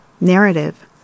narrative